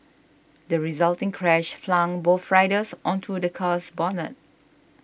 the resulting crash flung both riders onto the car's bonnet